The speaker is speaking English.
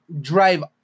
drive